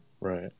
Right